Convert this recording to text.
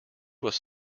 was